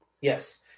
Yes